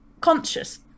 conscious